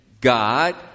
God